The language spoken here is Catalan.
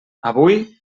avui